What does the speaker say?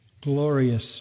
glorious